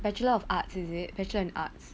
bachelor of arts is it bachelor and arts